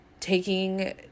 taking